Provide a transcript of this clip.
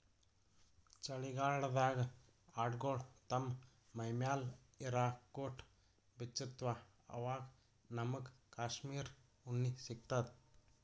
ಚಳಿಗಾಲ್ಡಾಗ್ ಆಡ್ಗೊಳು ತಮ್ಮ್ ಮೈಮ್ಯಾಲ್ ಇರಾ ಕೋಟ್ ಬಿಚ್ಚತ್ತ್ವಆವಾಗ್ ನಮ್ಮಗ್ ಕಾಶ್ಮೀರ್ ಉಣ್ಣಿ ಸಿಗ್ತದ